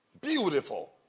Beautiful